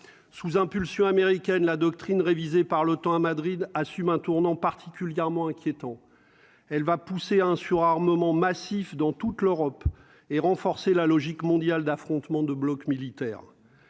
sous impulsion américaine la doctrine révisé par l'OTAN à Madrid assume un tournant particulièrement inquiétant, elle va pousser un surarmement massif dans toute l'Europe et renforcer la logique mondiale d'affrontement de blocs militaires